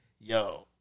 Yo